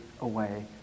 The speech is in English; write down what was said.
away